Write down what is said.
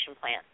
plan